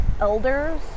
elders